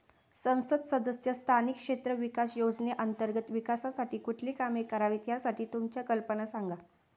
संसद सदस्य स्थानिक क्षेत्र विकास योजने अंतर्गत विकासासाठी कुठली कामे करावीत, यासाठी तुमच्या कल्पना सांगा